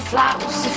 Flowers